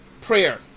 prayer